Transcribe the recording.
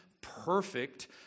perfect